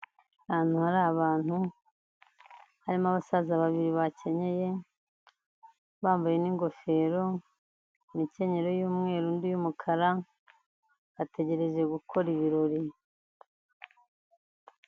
Ahantu hari abantu harimo abasaza babiri bakenye, bambaye n'ingofero mikenyero y'umweru undi y'umukara bategereje gukora ibirori.